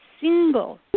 single